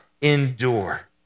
endure